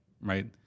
right